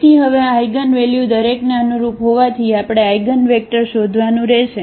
તેથી હવે આ આઇગનવેલ્યુ દરેકને અનુરૂપ હોવાથી આપણે આઇગનવેક્ટર શોધવાનું રહેશે